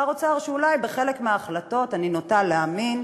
שר אוצר שאולי בחלק מההחלטות, אני נוטה להאמין,